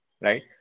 Right